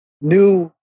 new